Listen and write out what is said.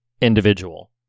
individual